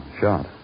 Shot